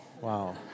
Wow